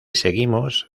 seguimos